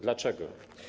Dlaczego?